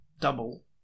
double